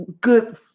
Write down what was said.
good